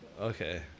Okay